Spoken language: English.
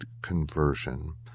conversion